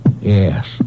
Yes